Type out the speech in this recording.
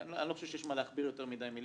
אני לא חושב שיש מה להכביר יותר מדי מילים.